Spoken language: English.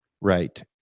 right